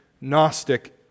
Gnostic